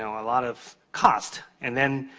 so a lot of cost. and then,